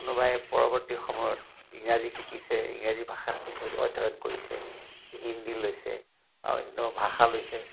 কোনোবাই পৰৱৰ্তী সময়ত ইংৰাজী শিকিছে ইংৰাজী ভাষাত অধ্যয়ন কৰিছে হিন্দী লৈছে অন্য ভাষা লৈছে